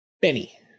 Benny